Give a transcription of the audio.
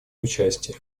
участие